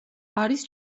არის